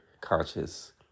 conscious